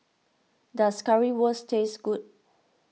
does Currywurst taste good